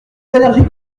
allergique